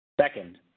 Second